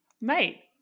mate